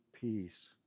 peace